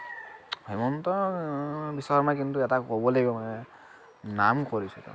হিমন্ত বিশ্ব শৰ্মা কিন্তু এটা ক'বই লাগিব মানে নাম কৰিছে তেওঁ